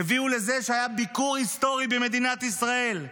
הביאו לזה שהיה ביקור היסטורי במדינת ישראל,